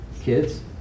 Kids